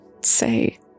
say